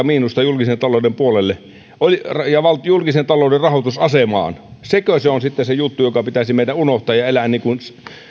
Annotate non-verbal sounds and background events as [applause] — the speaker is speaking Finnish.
[unintelligible] miinusta julkisen talouden puolelle ja julkisen talouden rahoitusasemaan sekö on sitten se juttu joka pitäisi meidän unohtaa ja elää niin kuin